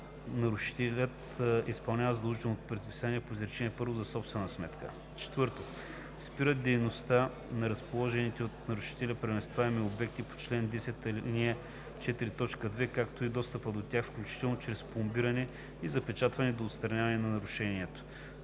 нарушителят изпълнява задължителното предписание по изречение първо за собствена сметка; 4. спира дейността на разположените от нарушителя преместваеми обекти по чл. 10, ал. 4, т. 2, както и достъпа до тях, включително чрез пломбиране и запечатване, до отстраняване на нарушението;